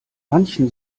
manchen